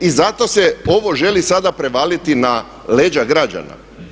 I zato se ovo želi sada prevaliti na leđa građana.